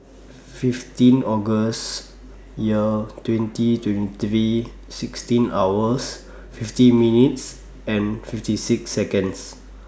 fifteen August Year twenty twenty three sixteen hours fifty minutes and fifty six Seconds